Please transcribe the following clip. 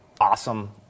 awesome